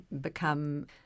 become